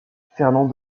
fernand